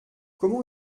comment